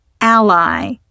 Ally